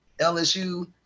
LSU